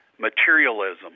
materialism